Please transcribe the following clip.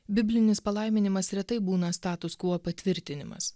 biblinis palaiminimas retai būna status kvo patvirtinimas